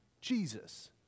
Jesus